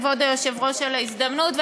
כבוד היושב-ראש, על ההזדמנות.